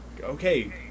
okay